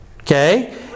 Okay